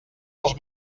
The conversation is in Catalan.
els